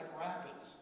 rapids